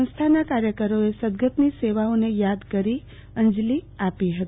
સંસ્થાના કાર્યકરોએ સદગતની સેવાઓને યાદ કરી અંજલી આપી હતી